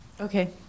Okay